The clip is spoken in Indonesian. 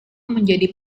menjadi